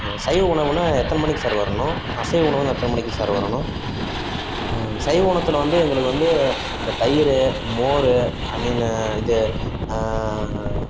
சைவ உணவுனா எத்தனை மணிக்கு சார் வரணும் அசைவ உணவுனா எத்தனை மணிக்கு சார் வரணும் சைவ உணவகத்தில் வந்து எங்களுக்கு வந்து இந்த தயிர் மோர் ஐ மீன் இது